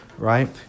right